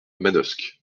manosque